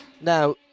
now